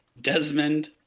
Desmond